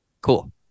Cool